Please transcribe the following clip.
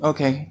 Okay